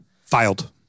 Filed